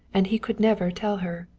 and he could never tell her.